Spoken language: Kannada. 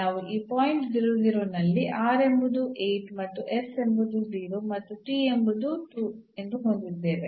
ನಾವು ಈ ಪಾಯಿಂಟ್ ನಲ್ಲಿ ಎಂಬುದು ಮತ್ತು s ಎಂಬುದು 0 ಮತ್ತು ಎಂಬುದು ಎಂದು ಹೊಂದಿದ್ದೇವೆ